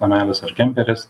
namelis ar kemperis